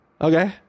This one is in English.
okay